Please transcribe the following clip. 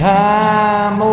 time